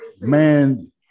Man